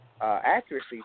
accuracy